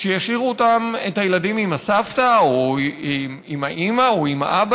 שישאירו את הילדים עם הסבתא או עם האימא או עם האבא,